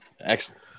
excellent